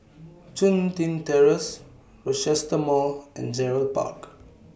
Chun Tin Terrace Rochester Mall and Gerald Park